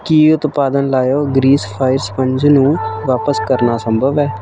ਕੀ ਉਤਪਾਦਨ ਲਾਇਓ ਗਰੀਸ ਸਫਾਇਅਰ ਸਪੰਜ ਨੂੰ ਵਾਪਸ ਕਰਨਾ ਸੰਭਵ ਹੈ